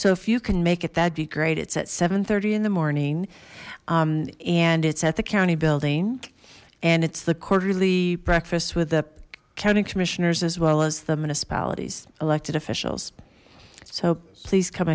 so if you can make it that'd be great it's at seven thirty in the morning and it's at the county building and it's the quarterly breakfast with the county commissioners as well as the municipalities elected officials so please come